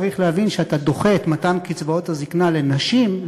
צריך להבין שאתה דוחה את מתן קצבאות הזיקנה לנשים,